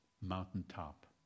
mountaintop